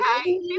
okay